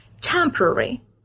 temporary